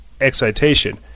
excitation